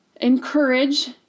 Encourage